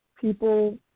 people